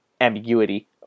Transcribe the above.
ambiguity